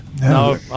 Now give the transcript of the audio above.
No